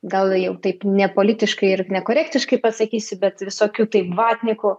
gal jau taip nepolitiškai ir nekorektiškai pasakysiu bet visokių taip vatnikų